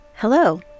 Hello